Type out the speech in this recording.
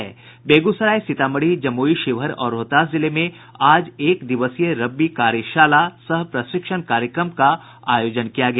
बेगूसराय सीतामढ़ी जमुई शिवहर और रोहतास जिले में आज एक दिवसीय रबी कार्यशाला सह प्रशिक्षण कार्यक्रम का आयोजन किया गया